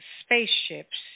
spaceships